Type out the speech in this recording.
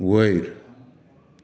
वयर